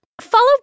Follow